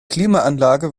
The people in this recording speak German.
klimaanlage